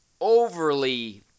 overly